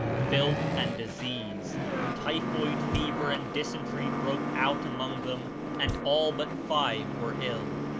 filth and disease typhoid fever and dysentery broke out among them and all but five were ill.